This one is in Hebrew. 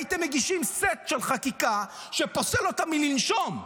הייתם מגישים סט של חקיקה שפוסל אותם מלנשום.